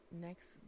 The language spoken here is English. next